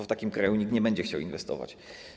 W takim kraju nikt nie będzie chciał inwestować.